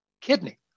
kidney